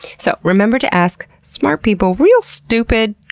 so, remember to ask smart people real stupid,